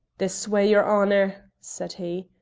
this way, your honour, said he.